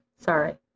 Sorry